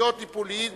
אפשרויות טיפולים